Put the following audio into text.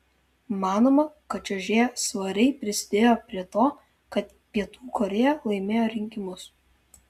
manoma kad čiuožėja svariai prisidėjo prie to kad pietų korėja laimėjo rinkimus